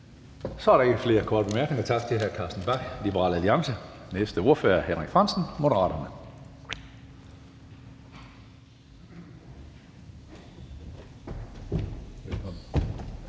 Så er der ikke flere korte bemærkninger. Tak til hr. Carsten Bach fra Liberal Alliance. Næste ordfører er hr. Henrik Frandsen, Moderaterne. Kl.